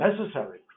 necessary